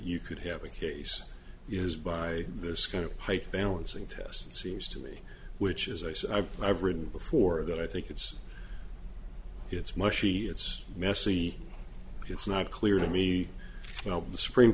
you could have a case is by this kind of height balancing test seems to me which as i said i've i've written before that i think it's it's mushy it's messy it's not clear to me you know the supreme